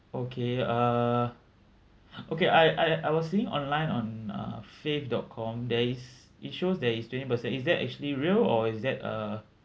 okay uh okay I I I was seeing online on uh fave dot com there is it shows there is twenty percent is that actually real or is that uh